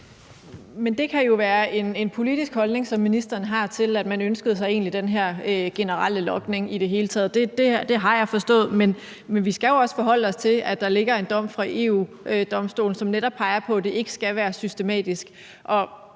Men det kan jo være en politisk holdning, som ministeren har, til, at man egentlig ønskede sig den her generelle logning i det hele taget; det har jeg forstået. Men vi skal jo også forholde os til, at der ligger en dom fra EU-Domstolen, som netop peger på, at det ikke skal være systematisk.